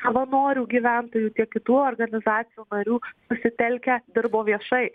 savanorių gyventojų tiek kitų organizacijų narių susitelkę dirbo viešai